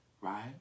right